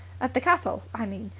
at the castle, i mean.